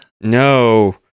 No